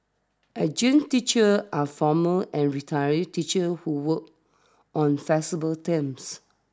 adjunct teachers are former and retired teachers who work on flexible terms